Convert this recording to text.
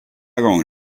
gång